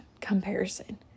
comparison